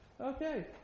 Okay